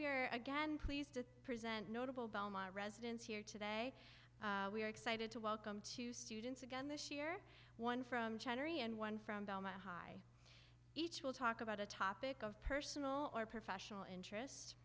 are again pleased to present notable belmont residents here today we are excited to welcome to students again this year one from china and one from belmont high each will talk about a topic of personal or professional interest